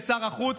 לשר החוץ,